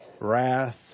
Wrath